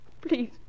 please